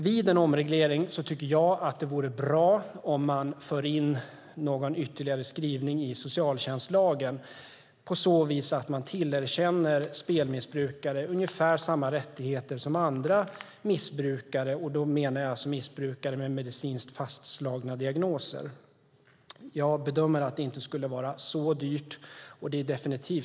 Vid en omreglering vore det bra om man förde in en ytterligare skrivning i socialtjänstlagen så att man tillerkänner spelmissbrukare ungefär samma rättigheter som andra missbrukare; jag menar då missbrukare med medicinskt fastslagna diagnoser. Jag bedömer att det inte skulle bli så dyrt.